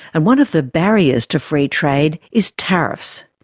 and one of the barriers to free trade is tariffs.